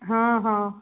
ହଁ ହଁ